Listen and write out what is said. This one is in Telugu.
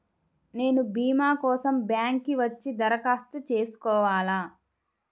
నేను భీమా కోసం బ్యాంక్కి వచ్చి దరఖాస్తు చేసుకోవాలా?